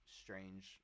strange